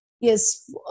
yes